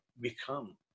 Become